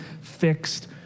fixed